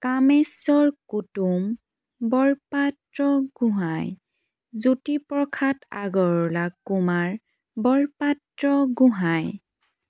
Kameswar Kutum Borpatra Gohain Jyoti Prasad Agarwala Kumar Borpatra Gohain